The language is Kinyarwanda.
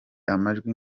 amajwi